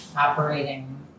operating